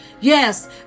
Yes